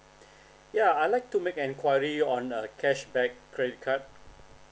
ya I like to make enquiry on a cashback credit card